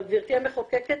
אבל גבירתי המחוקקת,